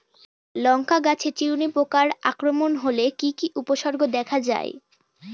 লঙ্কা গাছের চিরুনি পোকার আক্রমণ হলে কি কি উপসর্গ দেখা যায়?